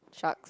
sharks